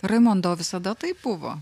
raimonda o visada taip buvo